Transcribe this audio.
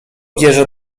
bierze